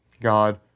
God